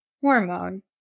hormone